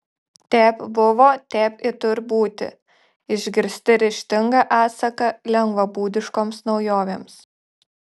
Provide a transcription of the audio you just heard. tep buvo tep į tur būti išgirsti ryžtingą atsaką lengvabūdiškoms naujovėms